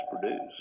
produced